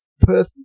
Perth